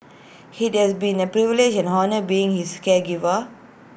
IT has been A privilege and honour being his caregiver